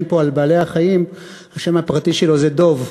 פה על בעלי-החיים השם הפרטי שלו זה דב,